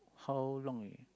how long already